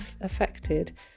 affected